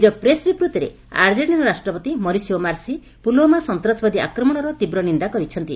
ନିଜ ପ୍ରେସ ବିବୃତ୍ତିରେ ଆର୍ଜେଷ୍ଟିନାର ରାଷ୍ଟ୍ରପତି ମରିସିଓ ମାର୍ସୀ ପୁଲଓ୍ୱାମା ସନ୍ତାସବାଦୀ ଆକ୍ରମଣର ତୀବ୍ର ନିନ୍ଦା କରିଛନ୍ତି